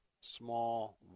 small